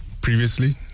previously